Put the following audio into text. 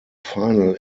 final